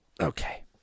okay